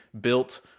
built